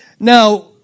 Now